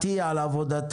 שנתי על עבודתה,